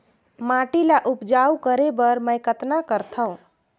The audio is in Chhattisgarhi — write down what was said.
माटी ल उपजाऊ करे बर मै कतना करथव?